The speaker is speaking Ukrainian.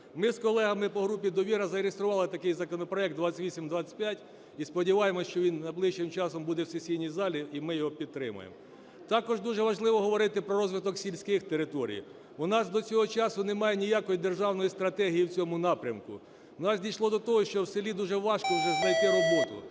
Ми з колегами по групі "Довіра" зареєстрували такий законопроект 2825 і сподіваємося, що він найближчим часом буде в сесійній залі, і ми його підтримаємо. Також дуже важливо говорити про розвиток сільських територій. У нас до цього часу немає ніякої державної стратегії в цьому напрямку. У нас дійшло до того, що в селі дуже важко вже знайти роботу,